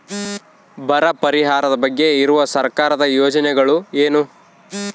ಬರ ಪರಿಹಾರದ ಬಗ್ಗೆ ಇರುವ ಸರ್ಕಾರದ ಯೋಜನೆಗಳು ಏನು?